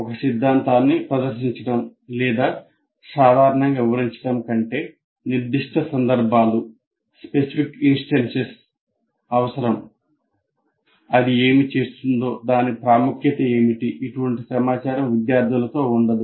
ఒక సిద్ధాంతాన్ని ప్రదర్శించడం లేదా సాధారణంగా వివరించడం కంటే నిర్దిష్ట సందర్భాలు అవసరం అది ఏమి చేస్తుందో దాని ప్రాముఖ్యత ఏమిటి ఇటువంటి సమాచారం విద్యార్థులతో ఉండదు